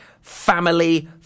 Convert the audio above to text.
family